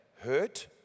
Hurt